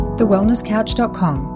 TheWellnessCouch.com